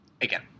again